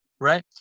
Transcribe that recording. Right